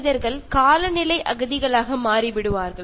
മനുഷ്യർ കാലാവസ്ഥ അഭയാർത്ഥികൾ പോലെ ആയിത്തീരുന്നു